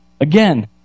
Again